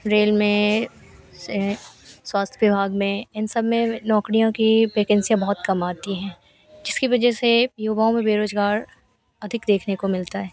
rail में से स्वास्थ्य विभाग में इन सब में नौकरियों की वैकेन्सियाँ बहुत कम आती हैं जिसकी वज़ह से युवाओं में बेरोजगारी अधिक देखने को मिलती है